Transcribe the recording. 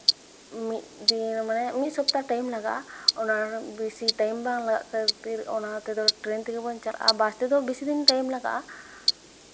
ᱢᱤᱫ ᱫᱤᱱ ᱢᱟᱱᱮ ᱢᱤᱫ ᱥᱚᱯᱛᱟᱦᱚ ᱴᱟᱭᱤᱢ ᱞᱟᱜᱟᱜᱼᱟ ᱚᱱᱟ ᱨᱮ ᱵᱮᱥᱤ ᱴᱟᱭᱤᱢ ᱵᱟᱝ ᱞᱟᱜᱟᱜ ᱠᱷᱟᱹᱛᱤᱨ ᱚᱱᱟ ᱛᱮᱫᱚ ᱴᱨᱮᱹᱱ ᱛᱮᱜᱮ ᱵᱚᱱ ᱪᱟᱞᱟᱜᱼᱟ ᱵᱟᱥ ᱛᱮᱫᱚ ᱵᱮᱥᱤ ᱫᱤᱱ ᱴᱟᱭᱤᱢ ᱞᱟᱜᱟᱜᱼᱟ